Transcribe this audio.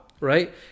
right